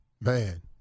man